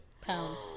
pounds